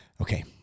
Okay